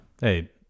Hey